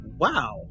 Wow